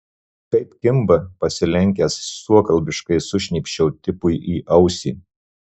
kaip kimba pasilenkęs suokalbiškai sušnypščiau tipui į ausį